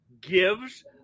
gives –